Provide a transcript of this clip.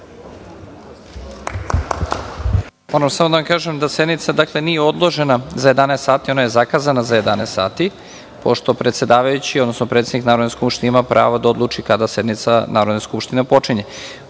Moram samo da vam kažem da sednica nije odložena za 11.00 časova, ona je zakazana za 11.00 časova, pošto predsedavajući, odnosno predsednik Narodne skupštine ima pravo da odluči kada sednica Narodne skupštine počinje. Odlučeno